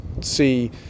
see